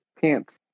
pants